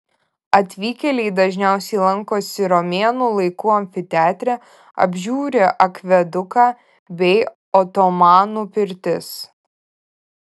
atvykėliai dažniausiai lankosi romėnų laikų amfiteatre apžiūri akveduką bei otomanų pirtis